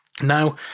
Now